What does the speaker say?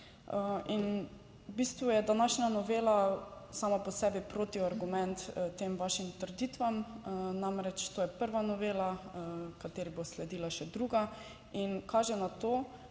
In v bistvu je današnja novela sama po sebi protiargument tem vašim trditvam. Namreč to je prva novela, kateri bo sledila še druga, in kaže na to,